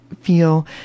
feel